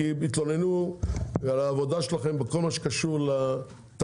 כי התלוננו על העבודה שלכם בכל מה שקשור לתערובת,